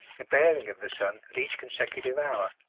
the bearing of the sun at each consecutive hour.